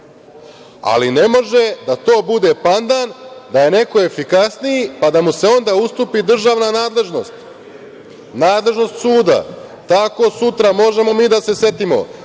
Ali, ne može da to bude pandan da je neko efikasniji, pa da mu se onda ustupi državna nadležnost, nadležnost suda. Tako sutra možemo mi da se setimo